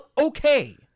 okay